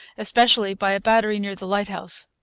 especially by a battery near the lighthouse.